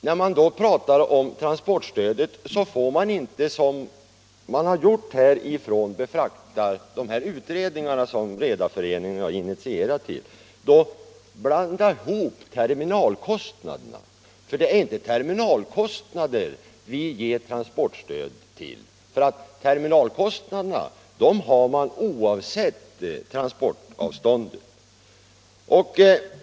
När man då talar om transportstödet får man därför inte, som de av Redareföreningen initierade utredningarna gjort, blanda in terminalkostnaderna. Det är nämligen inte terminalkostnader vi ger transportstöd till. Terminalkostnaderna är desamma oavsett transportavstånden.